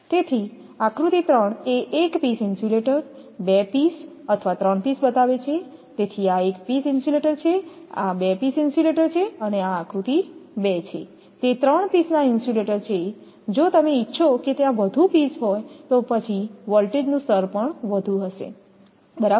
તેથી આકૃતિ 3 એ એક પીસ ઇન્સ્યુલેટર બે પીસ અથવા ત્રણ પીસ બતાવે છે તેથી આ એક પીસ ઇન્સ્યુલેટર છે આ બે પીસ ઇન્સ્યુલેટર છે અને આ આકૃતિ 2 છે તે ત્રણ પીસના ઇન્સ્યુલેટર છે જો તમે ઇચ્છો કે ત્યાં વધુ પીસ હોય તો પછી વોલ્ટેજનું સ્તર પણ વધુ હશે બરાબર